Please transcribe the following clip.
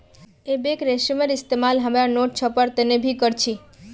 एबेक रेशार इस्तेमाल हमरा नोट छपवार तने भी कर छी